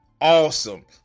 awesome